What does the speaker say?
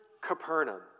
Capernaum